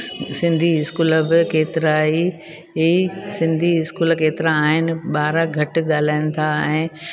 Sindhi school बि केतिरा ई ई सिंधी इस्कूल केतिरा आहिनि ॿार घटि ॻाल्हाइनि था ऐं